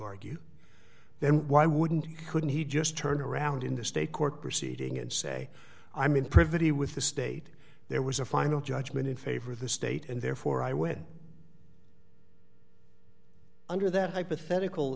argue then why wouldn't couldn't he just turn around in the state court proceeding and say i mean privity with the state there was a final judgment in favor of the state and therefore i went under that hypothetical